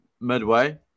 midway